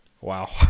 Wow